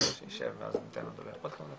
יש גם כמה קורסים שמשרד החקלאות מעביר.